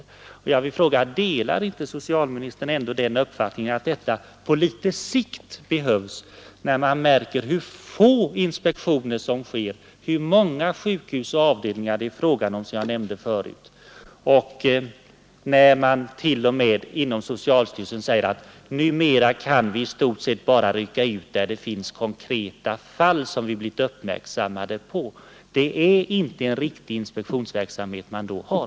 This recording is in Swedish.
Jag vill fråga: Delar inte socialninistern ändå den uppfattningen att detta på litet sikt behövs, när vi märker hur få inspektioner som sker och hur många sjukhus och avdelningar det är fråga om, och när man t.o.m. inom socialstyrelsen säger att man numera i stort sett kan rycka ut bara där det finns konkreta fall som man blivit uppmärksammad på? Det är inte en riktig inspektionsverksamhet man då har.